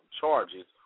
charges